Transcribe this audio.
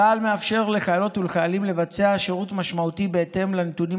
צה"ל מאפשר לחיילות ולחיילים לבצע שירות משמעותי בהתאם לנתונים